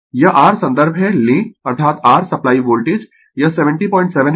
Refer Slide Time 1202 यह r संदर्भ है लें अर्थात r सप्लाई वोल्टेज यह 707 है